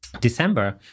December